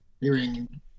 hearing